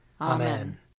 Amen